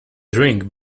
drink